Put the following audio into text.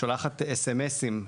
שולחת אס.אם.אסים כדי,